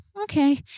okay